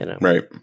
Right